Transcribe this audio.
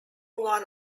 one